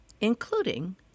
including